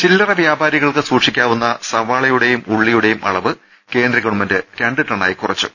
ചില്ലറ വ്യാപാരികൾക്ക് സൂക്ഷിക്കാവുന്ന സവാളയുടെയും ഉള്ളി യുടെയും അളവ് കേന്ദ്ര ഗവ്ൺമെന്റ് രണ്ട് ടണ്ണായി കുറച്ചു